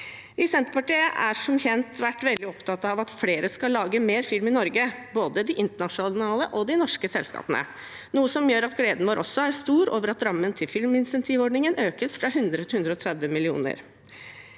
i Senterpartiet har som kjent vært veldig opptatt av at flere skal lage mer film i Norge, både de internasjonale og de norske selskapene, noe som gjør at gleden vår også er stor over at rammen til filminsentivordningen økes fra 100 mill.